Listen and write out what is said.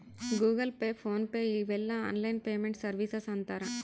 Google Pay PhonePe ಇವೆಲ್ಲ online payment services ಅಂತರ್